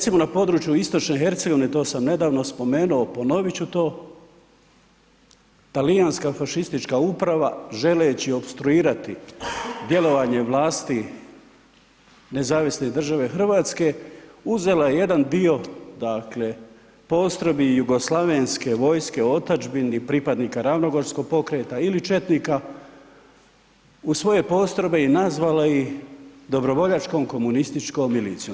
Recimo na području istočne Hercegovine, to sam nedavno spomenuo, ponoviti ću to, talijanska fašistička uprava želeći opstruirati djelovanje vlasti Nezavisne Države Hrvatske uzela je jedan dio dakle postrojbi jugoslavenske vojske otadžbini i pripadnika Ravnogorskog pokreta ili četnika u svoje postrojbe i nazvala ih dobrovoljačkom komunističkom municijom.